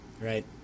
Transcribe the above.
Right